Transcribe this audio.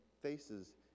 faces